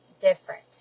different